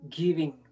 giving